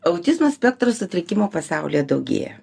autizmo spektro sutrikimų pasaulyje daugėja